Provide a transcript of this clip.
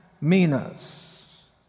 minas